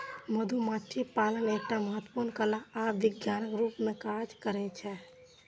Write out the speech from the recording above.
मधुमाछी पालन एकटा महत्वपूर्ण कला आ विज्ञानक रूप मे काज करै छै